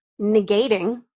negating